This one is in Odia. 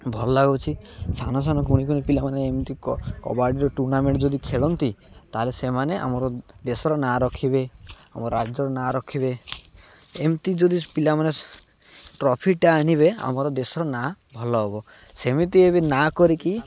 ଭଲ ଲାଗୁଛି ସାନ ସାନ କୁନି କୁନି ପିଲାମାନେ ଏମିତି କବାଡ଼ିର ଟୁର୍ଣ୍ଣାମେଣ୍ଟ୍ ଯଦି ଖେଳନ୍ତି ତା'ହେଲେ ସେମାନେ ଆମର ଦେଶର ନାଁ ରଖିବେ ଆମ ରାଜ୍ୟର ନାଁ ରଖିବେ ଏମିତି ଯଦି ପିଲାମାନେ ଟ୍ରଫିଟା ଆଣିବେ ଆମର ଦେଶର ନାଁ ଭଲ ହବ ସେମିତି ଏବେ ନାଁ କରିକି